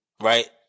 Right